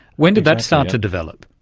when did that start to develop?